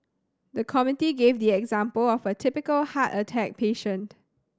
the committee gave the example of a typical heart attack patient